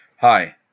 Hi